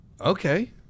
okay